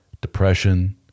depression